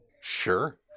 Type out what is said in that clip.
Sure